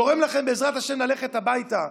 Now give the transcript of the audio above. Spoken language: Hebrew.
גורם לכם, בעזרת השם, ללכת הביתה.